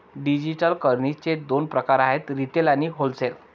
digital करन्सीचे दोन प्रकार आहेत रिटेल आणि होलसेल